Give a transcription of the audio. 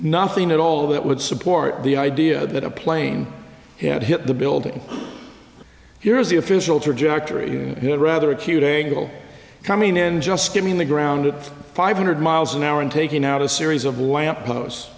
nothing at all that would support the idea that a plane had hit the building here's the official trajectory here rather acute angle coming in just giving the ground at five hundred miles an hour in taking out a series of lamp posts